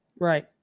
Right